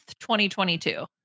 2022